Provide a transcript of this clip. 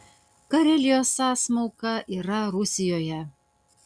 karelijos sąsmauka yra rusijoje